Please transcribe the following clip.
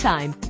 Time